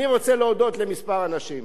אני רוצה להודות לכמה אנשים.